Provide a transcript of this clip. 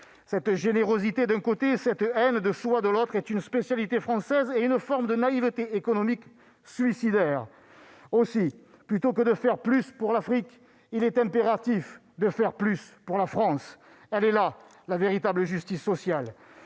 cette générosité, d'un côté, et de cette haine de soi, de l'autre, est une spécialité française et une forme de naïveté économiquement suicidaire. Aussi, plutôt que de faire plus pour l'Afrique, il est impératif de faire plus pour la France. Elle est là, la véritable justice sociale